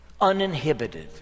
uninhibited